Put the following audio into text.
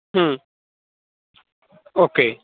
okay